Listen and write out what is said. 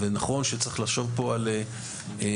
נכון שצריך לחשוב פה על תקצוב,